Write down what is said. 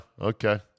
Okay